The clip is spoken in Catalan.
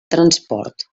transport